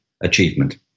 achievement